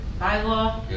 bylaw